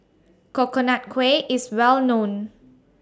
Coconut Kuih IS Well known